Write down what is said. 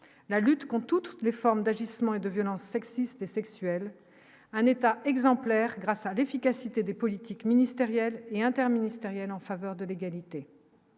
la lutte contre toutes les formes d'agissements et de violences sexistes et sexuelles, un État exemplaire grâce à l'efficacité des politiques ministérielles et interministérielles en faveur de l'égalité.